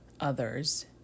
others